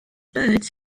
birds